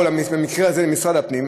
או במקרה הזה משרד הפנים,